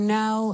now